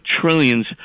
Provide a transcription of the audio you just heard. trillions